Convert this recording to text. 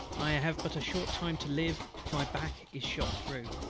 i have but a short time to live my back is shot through.